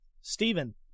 Stephen